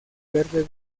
verde